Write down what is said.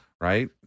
Right